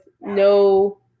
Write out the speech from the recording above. no